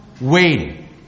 waiting